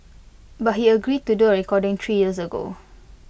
but he agreed to do A recording three years ago